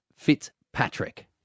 Fitzpatrick